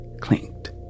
clinked